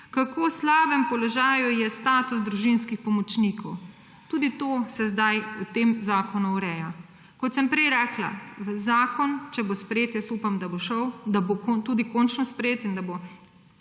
kako v slabem položaju je status družinskih pomočnikov. Tudi to se sedaj v tem zakonu ureja. Kot sem prej rekla, zakon – če bo sprejet, jaz upam, da bo šel, da bo tudi končno sprejet in da bo